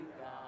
God